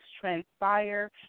transpire